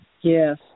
Yes